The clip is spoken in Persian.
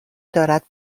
دارد